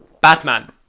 Batman